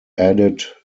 added